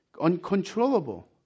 uncontrollable